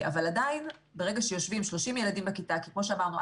אבל עדיין ברגע שיושבים 30 ילדים בכיתה כי כמו שאמרנו,